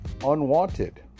unwanted